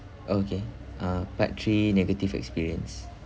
okay uh part three negative experience